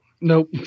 Nope